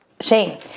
shame